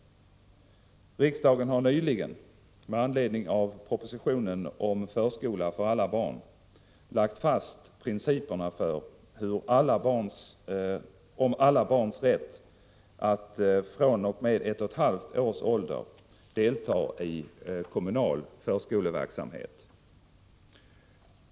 Riksdagen har nyligen, med anledning av propositionen om förskola för alla barn, lagt fast principerna om alla barns rätt att fr.o.m. ett och ett halvt års ålder delta i kommunal förskoleverksamhet.